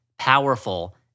powerful